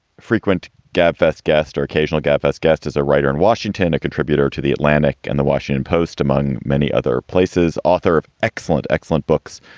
frequent gabfests guest or occasional gabfests guest as a writer in washington, a contributor to the atlantic and the washington post, among many other places. author of excellent, excellent books,